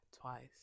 twice